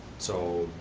so,